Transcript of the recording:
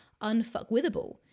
unfuckwithable